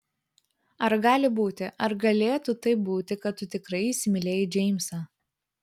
ar gali būti ar galėtų taip būti kad tu tikrai įsimylėjai džeimsą